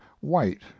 white